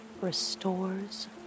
restores